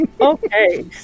Okay